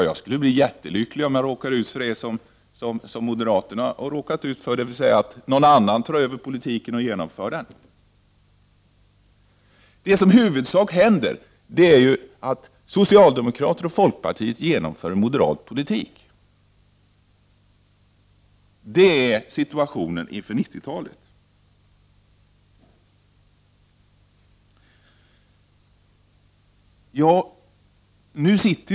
Jag skulle bli jättelycklig om jag råkade ut för det som moderaterna har råkat ut för, dvs. att någon annan tar över vår politik och genomför den. Vad som händer är att socialdemokraterna och folkpartiet genomför moderat politik. Det är situationen inför 1990-talet.